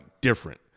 different